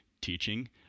teaching